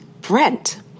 Brent